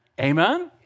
Amen